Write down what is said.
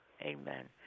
Amen